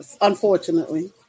Unfortunately